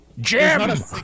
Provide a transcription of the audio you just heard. Jim